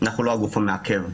אנחנו לא הגוף המעכב.